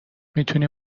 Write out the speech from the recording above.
میتونی